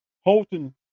Holton